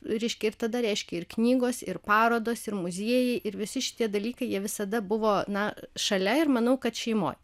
reiškia ir tada reiškė ir knygos ir parodos ir muziejai ir visi šitie dalykai jie visada buvo na šalia ir manau kad šeimoj